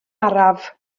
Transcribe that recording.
araf